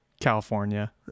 california